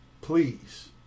please